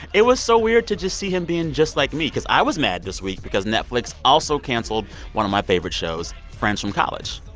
it was so weird to just see him being just like me because i was mad this week because netflix also canceled one of my favorite shows, friends from college.